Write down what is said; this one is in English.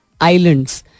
islands